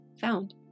found